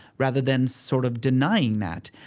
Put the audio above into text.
rather than sort of denying that.